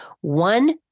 One